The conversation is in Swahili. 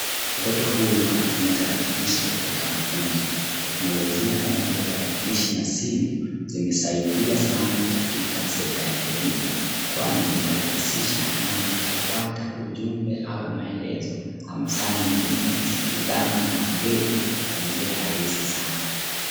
Mtoto huyu anatumia tarakilishi katika mafunzo . Teknolojia kama vile tarakilishi na simu zimesaidia sana katika sekta ya elimu kwani zimerahisisha namna ya kupata ujumbe au maelezo ama saa nyingine masikizano na maongezi kwa njia rahisi sana.